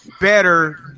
better